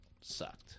sucked